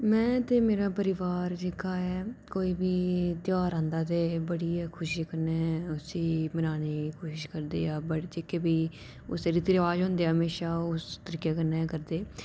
में ते मेरा परिवार जेह्का ऐ कोई बी ध्यार आंदा ते बड़ी गै खुशी कन्नै उसी मनाने दी कोशिश करदे बड़े जेह्के बी रीति रवाज़ होंदे म्हेशा ओह् उस तरीके कन्नै करदे